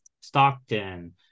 Stockton